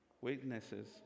witnesses